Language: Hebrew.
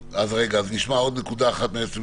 רגע, נשמע עוד נקודה אחת מהיועצת המשפטית.